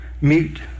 meet